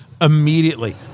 immediately